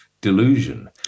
delusion